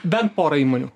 bent porą įmonių